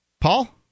Paul